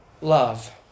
love